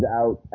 out